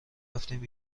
رفتیم